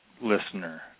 listener